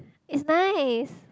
is nice